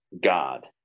God